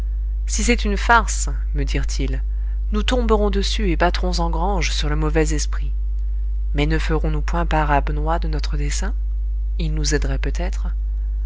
si c'est une farce me dirent-ils nous tomberons dessus et battrons en grange sur le mauvais esprit mais ne ferons-nous point part à benoît de notre dessein il nous aiderait peut-être